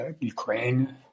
Ukraine